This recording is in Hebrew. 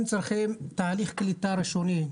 הם צריכים תהליך קליטה ראשוני.